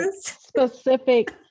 specific